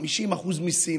50% מיסים,